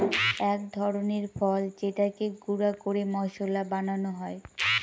এক ধরনের ফল যেটাকে গুঁড়া করে মশলা বানানো হয়